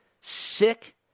sick